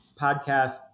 podcast